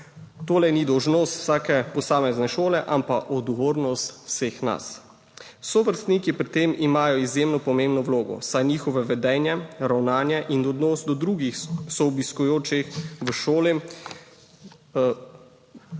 To le ni dolžnost vsake posamezne šole, ampak odgovornost vseh nas. Sovrstniki pri tem imajo izjemno pomembno vlogo, saj njihovo vedenje, ravnanje in odnos do drugih soobiskujočih v šoli